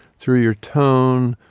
through your tone,